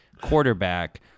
quarterback